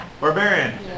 Barbarian